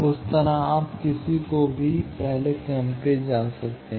उस तरह आप किसी भी पहले क्रम पर जा सकते हैं